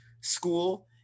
school